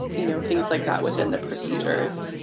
you know things like that within the procedures.